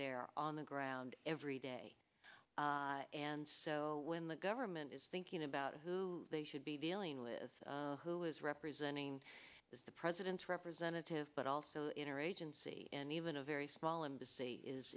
there on the ground every day and so when the government is thinking about who they should be dealing with who is representing the president's representative but also inner agency and even a very small